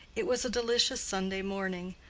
it was a delicious sunday morning.